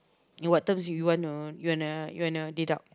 in what terms you wanna you wanna you wanna deduct